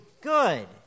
good